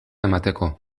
emateko